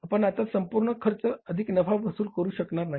आपण आता संपूर्ण खर्च अधिक नफा वसूल करू शकणार नाही